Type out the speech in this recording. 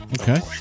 Okay